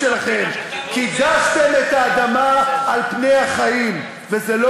שזה כ-130 מיליון שקלים במצטבר על כל החקלאים בארץ.